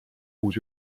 uus